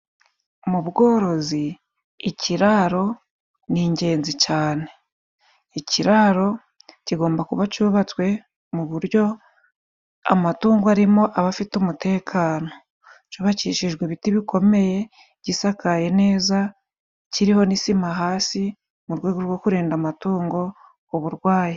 Mu bworozi ikiraro ni ingenzi cyane. Ikiraro kigomba kuba cyubatswe mu buryo amatungo arimo abafite umutekano, cyubakishijwe ibiti bikomeye, gisakaye neza kiriho n'isima hasi, mu rwego rwo kurinda amatungo uburwayi.